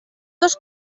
dos